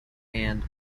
and